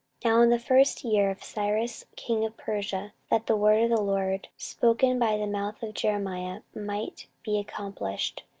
now in the first year of cyrus king of persia, that the word of the lord spoken by the mouth of jeremiah might be accomplished,